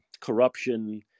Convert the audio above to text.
corruption